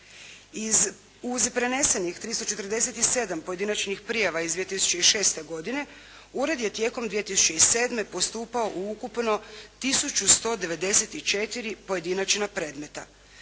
Uz prenesenih 347 pojedinačnih prijava iz 2006. godine, ured je tijekom 2007. postupao u ukupno 1194 pojedinačna predmeta.